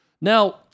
Now